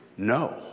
No